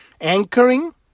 anchoring